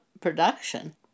production